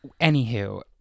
Anywho